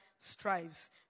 Strives